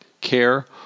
care